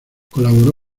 colaboró